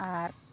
ᱟᱨ